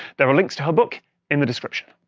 there are links to her book in the description!